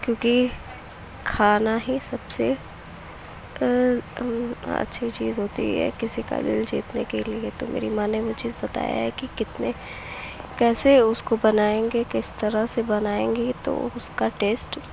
کیوں کہ کھانا ہی سب سے اچھی چیز ہوتی ہے کسی کا دِل جیتنے کے لیے تو میری ماں نے مجھے بتایا ہے کہ کتنے کیسے اُس کو بنائیں گے کس طرح سے بنائیں گے تو اُس کا ٹیسٹ